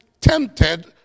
tempted